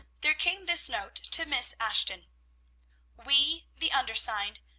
there came this note to miss ashton we, the undersigned,